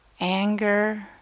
anger